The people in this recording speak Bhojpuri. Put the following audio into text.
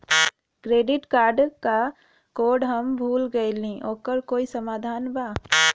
क्रेडिट कार्ड क कोड हम भूल गइली ओकर कोई समाधान बा?